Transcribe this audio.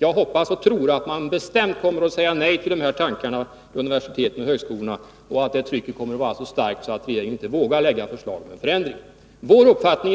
Jag hoppas och tror att högskolorna och universiteten bestämt kommer att säga nej och att trycket kommer att vara så starkt att regeringen inte vågar lägga fram förslag om förändringar.